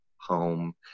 home